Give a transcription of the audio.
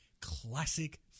classic